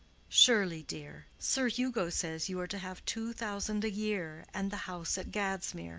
surely, dear sir hugo says you are to have two thousand a year and the house at gadsmere.